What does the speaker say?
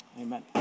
Amen